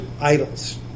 idols